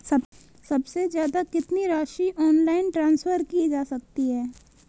सबसे ज़्यादा कितनी राशि ऑनलाइन ट्रांसफर की जा सकती है?